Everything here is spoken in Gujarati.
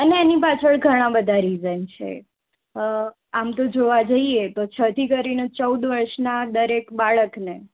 અને એની પાછળ ઘણા બધાં રીઝન છે આમ તો જોવા જઇએ તો છ થી કરીને ચૌદ વર્ષનાં દરેક બાળકને